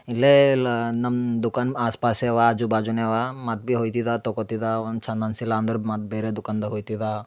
ಇಲ್ಲೇ ಎಲ್ಲ ನಮ್ಮ ದುಖಾನ್ ಆಸ್ ಪಾಸೇ ಅವ ಆಜು ಬಾಜುನೆ ಅವ ಮತ್ತು ಬಿ ಹೋಯ್ತಿದ್ದ ತಗೊತಿದ್ದ ಒಂದು ಚಂದ ಅನಿಸಿಲ್ಲ ಅಂದ್ರ ಮತ್ತೆ ಬೇರೆ ದುಖಾನ್ದಾಗ ಹೋಯ್ತಿದ್ದ